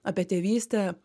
apie tėvystę